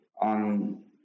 on